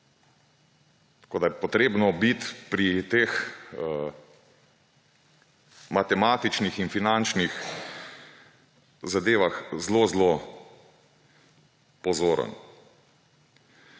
Tako je potrebno biti pri teh matematičnih in finančnih zadevah zelo zelo pozoren.